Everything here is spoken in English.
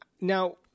Now